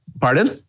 pardon